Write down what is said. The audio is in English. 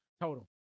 Total